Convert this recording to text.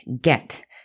get